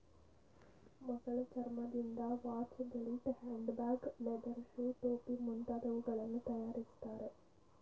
ಮೊಸಳೆ ಚರ್ಮದಿಂದ ವಾಚ್ನ belt, hand bag, leather shoes, ಟೋಪಿ ಮುಂತಾದವುಗಳನ್ನು ತರಯಾರಿಸ್ತರೆ